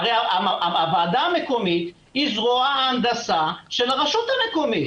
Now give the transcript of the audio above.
הוועדה המקומית היא זרוע ההנדסה של הרשות המקומית.